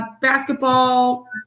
basketball